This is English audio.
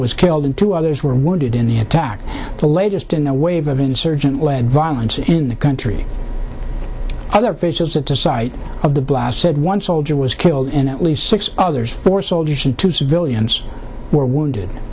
was killed and two others were wounded in the attack the latest in a wave of insurgent violence in the country other officials at the site of the blast said one soldier was killed in at least six others four soldiers and two civilians were wounded